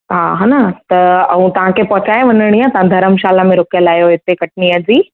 हा हा न त ऐं तव्हां खे पहुचाए वञिणी आहे तव्हां धर्मशाला में रुकियल आहियो हिते कटनीअ जी